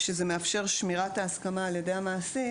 שזה מאפשר שמירת ההסכמה על-ידי המעסיק